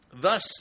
thus